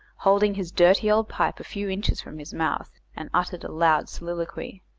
holding his dirty old pipe a few inches from his mouth, and uttered a loud soliloquy